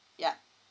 yup